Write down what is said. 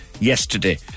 yesterday